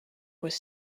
was